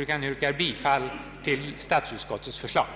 utan yrkar bifall till statsutskottets förslag.